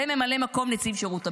זה ממלא מקום נציב שירות המדינה.